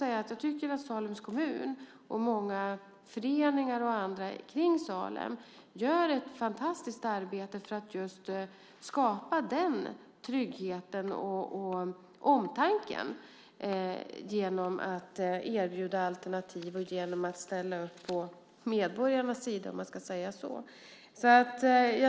Jag tycker att Salems kommun och många föreningar och andra kring Salem gör ett fantastiskt arbete för att just skapa den tryggheten och omtanken genom att erbjuda alternativ och genom att ställa upp på medborgarnas sida, om man ska säga så. Vi